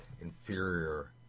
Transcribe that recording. inferior